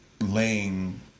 laying